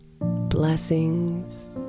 blessings